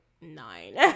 nine